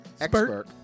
expert